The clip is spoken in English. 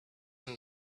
and